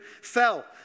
fell